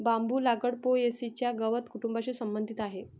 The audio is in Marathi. बांबू लागवड पो.ए.सी च्या गवत कुटुंबाशी संबंधित आहे